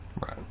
right